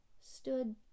stood